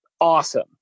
awesome